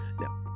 Now